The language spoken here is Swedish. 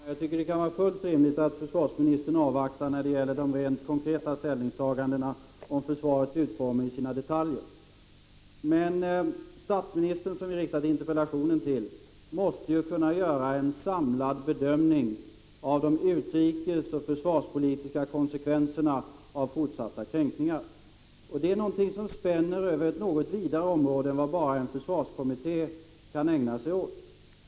Herr talman! Jag tycker det kan vara rimligt att försvarsministern avvaktar när det gäller de rent konkreta ställningstagandena om försvarets utformning i detalj. Men statsministern, som interpellationen riktades till, måste ju kunna göra en samlad bedömning av de utrikesoch försvarspolitiska konsekvenserna av fortsatta kränkningar. Detta är någonting som spänner över ett något vidare område än det som en försvarskommitté kan ägna sig åt.